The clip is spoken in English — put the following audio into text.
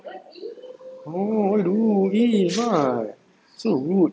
oh what you do !ee! what so rude